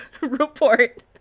report